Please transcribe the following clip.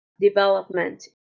development